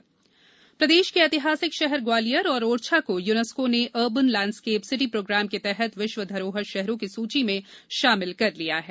UNESCO heritage प्रदेश के ऐतिहासिक शहर ग्वालियर और ओरछा को यूनेस्को ने अर्बन लैंडस्केप सिटी प्रोग्राम के तहत विष्व धरोहरष्यहरों की सूची में शामिल कर लिया है